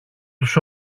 τους